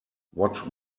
what